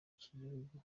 cy’igihugu